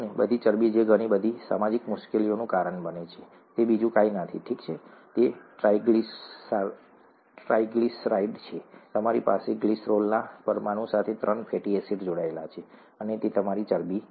બધી ચરબી જે ઘણી બધી સામાજિક મુશ્કેલીનું કારણ બને છે તે બીજું કંઈ નથી ઠીક છે તે ટ્રાઇગ્લિસરાઈડ છે તમારી પાસે ગ્લિસરોલના પરમાણુ સાથે ત્રણ ફેટી એસિડ જોડાયેલા છે અને તે તમારી ચરબી છે